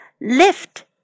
lift